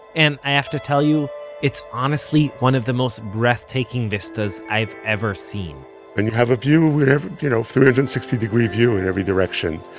and i have to tell you it's honestly one of the most breathtaking vistas i've ever seen and you have a view in ev, you know, three-hundred-and-sixty degree view in every direction.